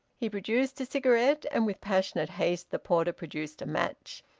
he produced a cigarette, and with passionate haste the porter produced a match,